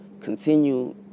continue